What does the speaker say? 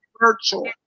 virtual